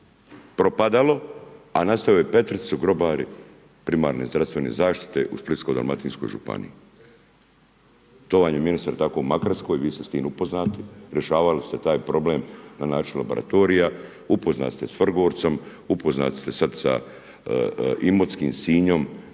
Propadalo, a nastavio je Petric su grobari primarne zdravstvene zaštite u Splitsko-dalmatinskoj županiji. To vam je ministre, tako i u Makarskoj, vi ste s tim upoznati, rješavali ste taj problem na način laboratorija. Upoznati ste s Vrgorcem, upoznati ste sad sa Imotskim, Sinjom,